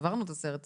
ועברנו את הסרט הזה,